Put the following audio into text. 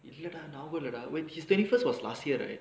if wait he's twenty first was last year right